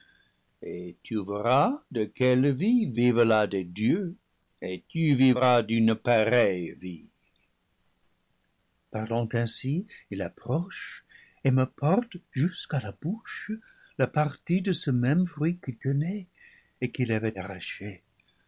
et tu verras de quelle vie vivent là des dieux et tu vivras d'une pareille vie parlant ainsi il approche et me porte jusqu'à la bouche la partie de ce même fruit qu'il tenait et qu'il avait arraché